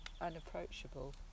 unapproachable